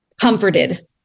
comforted